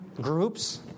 groups